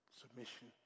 Submission